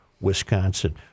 Wisconsin